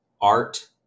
art